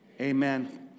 amen